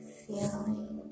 feeling